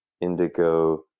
indigo